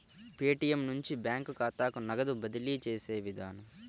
Paytm నుంచి bank ఖాతాకు నగదు బదిలీ చేసే విధానం